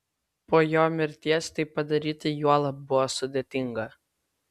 po jo mirties tai padaryti juolab buvo sudėtinga